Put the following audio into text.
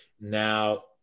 now